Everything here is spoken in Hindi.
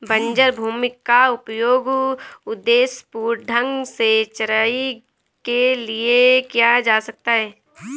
बंजर भूमि का उपयोग उद्देश्यपूर्ण ढंग से चराई के लिए किया जा सकता है